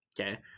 okay